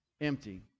empty